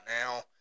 now